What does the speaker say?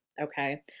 okay